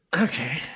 Okay